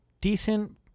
Decent